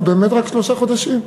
אנחנו באמת רק שלושה חודשים.